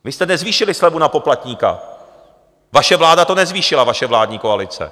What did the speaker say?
Vy jste nezvýšili slevu na poplatníka, vaše vláda to nezvýšila, vaše vládní koalice.